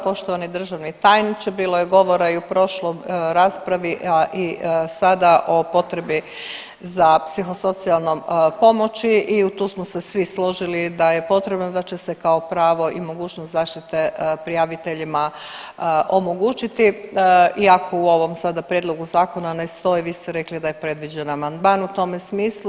Poštovani državni tajniče, bilo je govora i u prošlom raspravi, a i sada o potrebi za psihosocijalnom pomoći i tu smo se svi složili da je potrebno da će se kao pravo i mogućnost zaštite prijaviteljima omogućiti iako u ovom sada prijedlogu zakona ne stoji, vi ste rekli da je predviđen amandman u tome smislu.